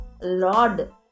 lord